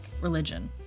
religion